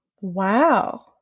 Wow